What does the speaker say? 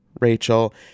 Rachel